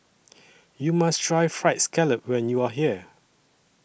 YOU must Try Fried Scallop when YOU Are here